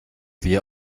wir